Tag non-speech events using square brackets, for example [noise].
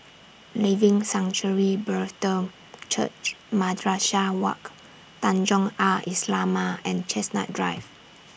Living Sanctuary Brethren Church Madrasah Wak Tanjong Al Islamiah and Chestnut Drive [noise]